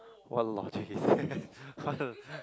what logic is that hello